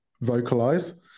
vocalize